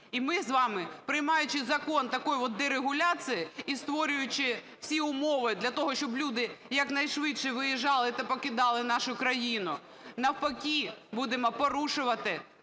І ми з вами, приймаючи закон такої от дерегуляції і створюючи всі умови для того, щоб люди якнайшвидше виїжджали та покидали нашу країну, навпаки, будемо порушувати